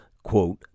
quote